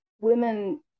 women